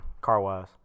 car-wise